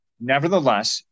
Nevertheless